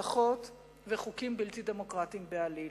הבטחות וחוקים בלתי דמוקרטיים בעליל.